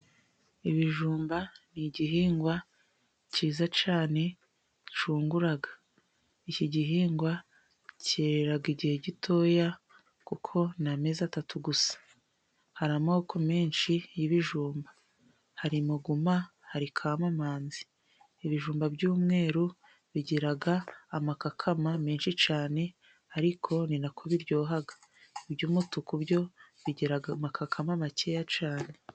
Ibijumba ni igihingwa cyiza cyane cyungura. Iki gihingwa cyerera igihe gitoya kuko ni amezi atatu gusa. Hari amoko menshi y'ibijumba. Hari muguma, hari kamamanzi. Ibijumba by'umweru bigiraga amakakama menshi cyane ariko ni nako biryoha. iby'umutuku byo bigira amakakama makeya cyane.